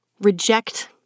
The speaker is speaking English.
reject